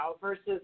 versus